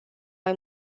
mai